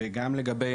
לגבי